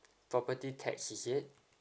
property tax is it